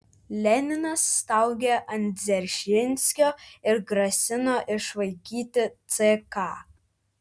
leninas staugė ant dzeržinskio ir grasino išvaikyti ck